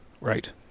right